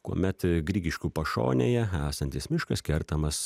kuomet grigiškių pašonėje esantis miškas kertamas